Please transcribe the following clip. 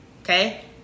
okay